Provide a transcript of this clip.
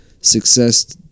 Success